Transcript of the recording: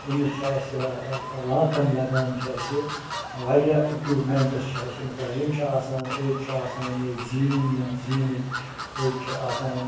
أمِس چھ اسہِ ٲں لاکَم لَگان چھِ اسہِ واریاہ اِکوپمیٚنٹٕس چھِ اسہِ أمِس لَگان یِم چھِ آسان أڑۍ چھِ آسان زیٖن یِم زیٖنٕکۍ أڑۍ چھِ آسان